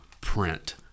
print